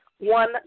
one